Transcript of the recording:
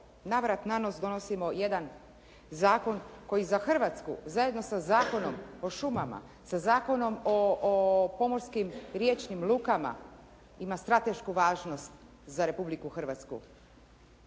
na vrat, na nos donosimo jedan zakon koji za Hrvatsku zajedno sa Zakonom o šumama, sa Zakonom o pomorskim riječnim lukama ima stratešku važnost za Republiku Hrvatsku,